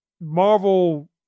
Marvel